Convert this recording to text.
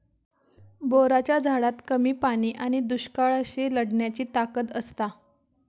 बोराच्या झाडात कमी पाणी आणि दुष्काळाशी लढण्याची ताकद असता